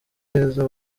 heza